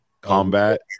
Combat